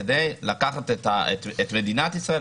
כדי לקחת את מדינת ישראל,